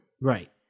Right